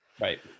Right